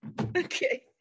okay